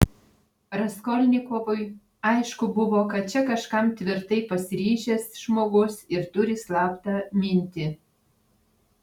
raskolnikovui aišku buvo kad čia kažkam tvirtai pasiryžęs žmogus ir turi slaptą mintį